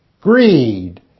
Greed